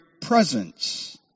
presence